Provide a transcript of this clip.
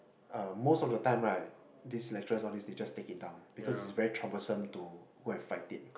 uh most of the time right these lecturers all these lecturers just take it down because it is very troublesome to go and fight it